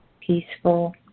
peaceful